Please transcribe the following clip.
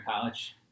college